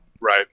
right